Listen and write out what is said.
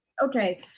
okay